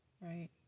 Right